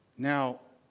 now,